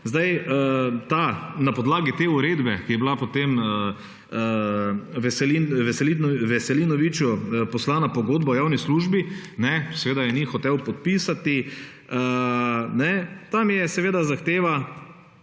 Zdaj ta, na podlagi te uredbe, ki je bila potem Veselinoviču poslana pogodba o javni službi, seveda je ni hotel podpisati, tam je seveda zahteva,